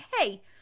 hey